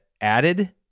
added